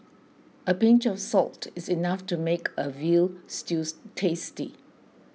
a pinch of salt is enough to make a Veal Stew tasty